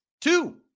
Two